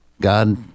God